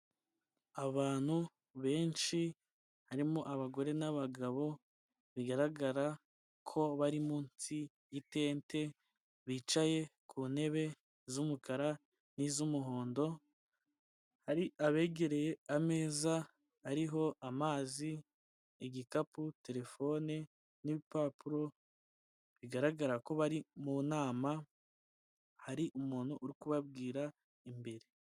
Abantu benshi harimo abagore n'abagabo bigaragara ko bari munsi y'itente bicaye ku ntebe z'umukara n'iz'umuhondo, hari abegereye ameza ariho amazi, igikapu, telefone n'ibipapuro bigaragara ko bari mu nama, hari umuntu uri kubabwira imbere.